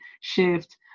shift